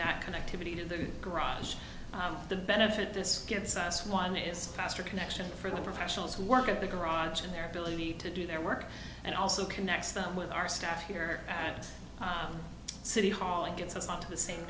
that connectivity to the garage the benefit this gets us one is faster connection for the professionals who work at the garage and their ability to do their work and also connects them with our staff here at city hall and gets us onto the same